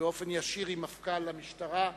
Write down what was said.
באופן ישיר עם מפכ"ל המשטרה,